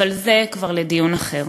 אבל זה כבר לדיון אחר.